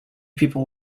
people